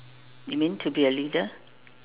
you mean to be a leader